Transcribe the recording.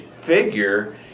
figure